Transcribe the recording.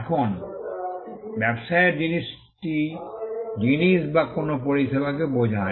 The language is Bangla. এখন ব্যবসায়ের জিনিসটি জিনিস বা কোনও পরিষেবাকে বোঝায়